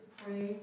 pray